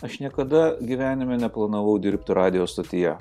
aš niekada gyvenime neplanavau dirbti radijo stotyje